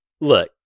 look